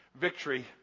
Victory